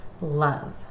love